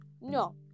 no